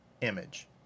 image